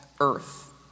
earth